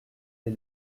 des